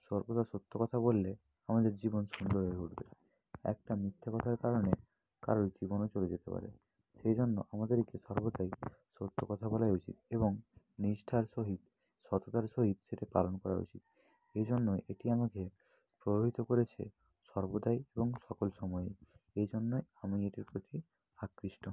সর্বদা সত্য কথা বললে আমাদের জীবন সুন্দর হয়ে উঠবে একটা মিথ্যে কথার কারণে কারোর জীবনও চলে যেতে পারে সেই জন্য আমাদেরকে সর্বদাই সত্য কথা বলাই উচিত এবং নিষ্ঠার সহিত সততার সহিত সেটি পালন করা উচিত এই জন্যই এটি আমাকে প্রভাবিত করেছে সর্বদাই এবং সকল সময়ে এই জন্যই আমি এটির প্রতি আকৃষ্ট